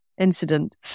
incident